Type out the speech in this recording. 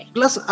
Plus